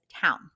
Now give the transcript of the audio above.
Town